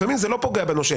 לפעמים זה לא פוגע בנושה.